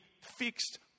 fixed